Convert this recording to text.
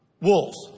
Wolves